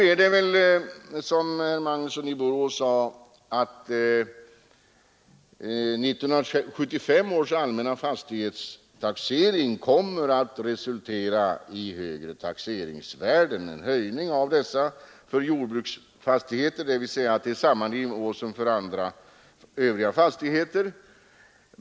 Som herr Magnusson i Borås sade kommer väl 1975 års allmänna fastighetstaxering att resultera i en höjning av taxeringsvärdena för jordbruksfastigheter, dvs. till samma nivå som för övriga fastigheter.